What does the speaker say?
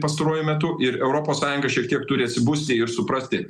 pastaruoju metu ir europos sąjunga šiek tiek turi atsibusti ir suprasti